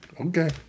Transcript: Okay